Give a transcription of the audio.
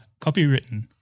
copywritten